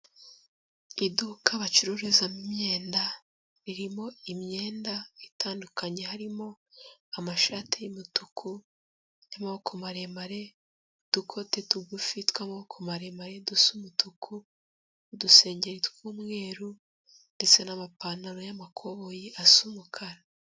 Iduka bacururizamo imyenda, ririmo imyenda itandukanye harimo amashati y'umutuku y'amaboko maremare, udukote tugufi tw'amaboko maremare dusa umutuku , udusengeri tw'umweru ndetse n'amapantaro y'amakoboyi asa umukara.